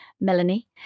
Melanie